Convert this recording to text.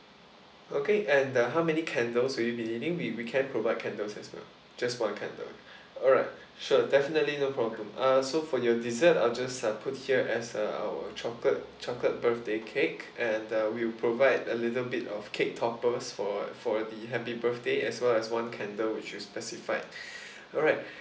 okay and uh how many candles will you be needing we we can provide candles as well just one candle alright sure definitely no problem uh so for your dessert I'll just uh put here as uh our chocolate chocolate birthday cake and uh we'll provide a little bit of cake toppers for for the happy birthday as well as one candle which is specified alright